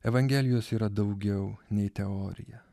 evangelijos yra daugiau nei teorija